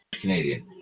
Canadian